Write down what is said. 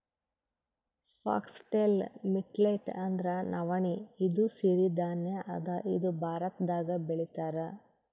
foxtail millet ಅಂದ್ರ ನವಣಿ ಇದು ಸಿರಿ ಧಾನ್ಯ ಅದಾ ಇದು ಭಾರತ್ದಾಗ್ ಬೆಳಿತಾರ್